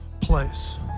place